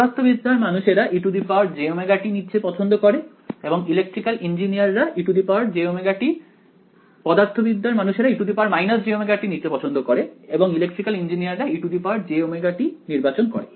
পদার্থবিদ্যার মানুষেরা e jωt নিতে পছন্দ করে এবং ইলেকট্রিক্যাল ইঞ্জিনিয়াররা ejωt নির্বাচন করে